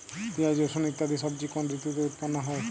পিঁয়াজ রসুন ইত্যাদি সবজি কোন ঋতুতে উৎপন্ন হয়?